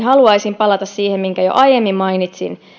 haluaisin palata siihen minkä jo aiemmin mainitsin